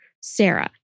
Sarah